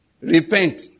Repent